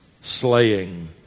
slaying